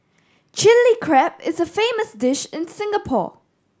Chilli Crab is a famous dish in Singapore